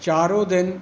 ਚਾਰੋਂ ਦਿਨ